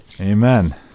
amen